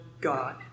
God